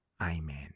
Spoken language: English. Amen